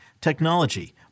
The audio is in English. technology